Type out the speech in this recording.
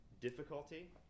difficulty